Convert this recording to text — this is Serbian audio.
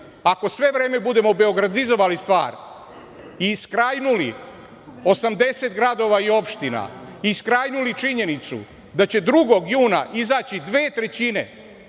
Ako sve vreme budemo beogradizovali stvar i skrajnuli 80 gradova i opština i skrajnuli činjenicu da će 2. juna izaći dve trećine